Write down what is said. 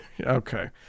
okay